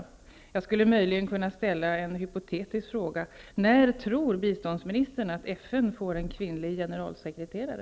Jag skulle möjligen kunna ställa en hypotetisk fråga: När tror biståndsministern att FN får en kvinnlig generalsekreterare?